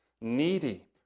needy